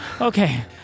Okay